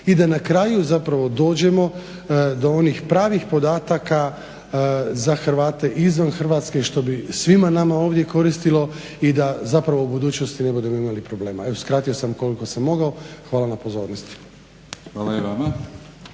i da na kraju zapravo dođemo do onih pravih podataka za Hrvate izvan Hrvatske što bi svima nama ovdje koristilo i da zapravo u budućnosti ne budemo imali problema. Evo skratio sam koliko sam mogao. Hvala na pozornosti. **Batinić,